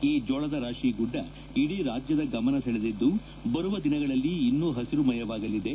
ಈ ಜೋಳದರಾಶಿ ಗುಡ್ಡ ಇಡೀ ರಾಜ್ಯದ ಗಮನಸೆಳೆದಿದ್ದು ಬರುವ ದಿನಗಳಲ್ಲಿ ಇನ್ನೂ ಹಸಿರುಮಯವಾಗಲಿದೆ